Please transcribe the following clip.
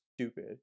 stupid